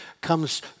comes